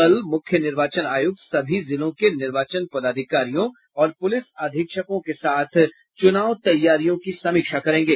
कल मुख्य निर्वाचन आयुक्त सभी जिलों के निर्वाचन पदाधिकारियों और पुलिस अधीक्षकों के साथ चुनाव तैयारियों की समीक्षा करेंगे